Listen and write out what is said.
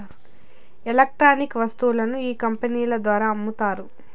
electronic వస్తువులను ఈ company ద్వారా అమ్ముతారు